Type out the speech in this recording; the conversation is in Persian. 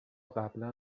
قبلا